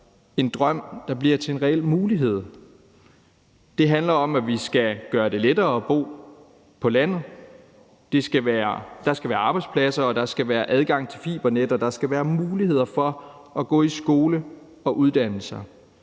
sørge for bliver til en reel mulighed. Det handler om, at vi skal gøre det lettere at bo på landet. Der skal være arbejdspladser, der skal være adgang til fibernet, og der skal være muligheder for at gå i skole og uddanne sig.